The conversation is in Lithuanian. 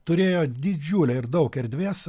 turėjo didžiulę ir daug erdvės